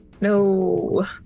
No